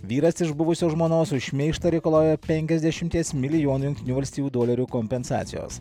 vyras iš buvusios žmonos už šmeižtą reikalauja penkiasdešimties milijonų jungtinių valstijų dolerių kompensacijos